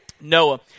Noah